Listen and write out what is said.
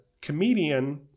comedian